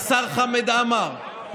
השר חמד עמאר,